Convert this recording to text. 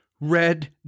RED